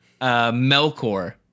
Melkor